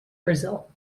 brazil